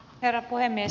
herra puhemies